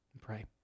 pray